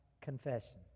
confession